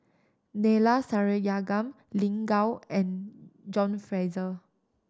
Neila Sathyalingam Lin Gao and John Fraser